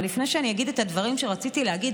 אבל לפני שאני אגיד את הדברים שרציתי להגיד,